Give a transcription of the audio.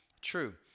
true